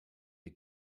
wir